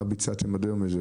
מה ביצעתם עד היום?